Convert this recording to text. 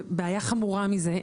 ובעיה חמורה מזה,